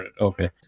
Okay